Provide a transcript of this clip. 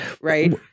Right